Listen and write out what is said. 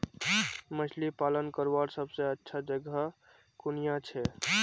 मछली पालन करवार सबसे अच्छा जगह कुनियाँ छे?